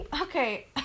okay